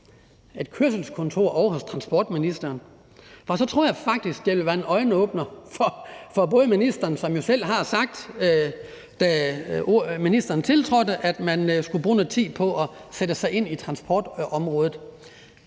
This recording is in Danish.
et kørselskontor ovre hos ministeren. For så tror jeg faktisk, det vil være en øjenåbner også for ministeren, som jo, da ministeren tiltrådte, selv har sagt, at man skulle bruge noget tid på at sætte sig ind i transportområdet.